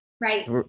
Right